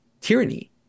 tyranny